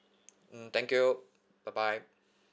mm thank you bye bye